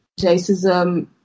racism